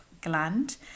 gland